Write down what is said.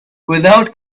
without